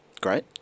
Great